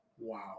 Wow